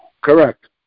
Correct